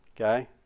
okay